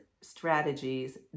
strategies